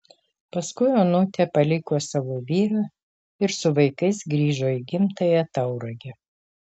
paskui onutė paliko savo vyrą ir su vaikais grįžo į gimtąją tauragę